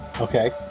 Okay